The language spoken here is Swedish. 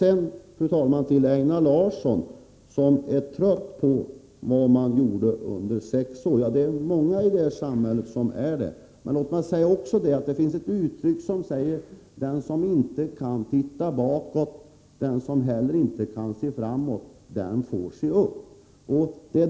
Einar Larsson är trött på vad som gjordes under de sex borgerliga åren. Ja, det är många i detta samhälle som är det. Det finns ett uttryck som lyder: Den som inte kan se bakåt och inte heller framåt, den får se upp.